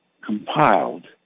compiled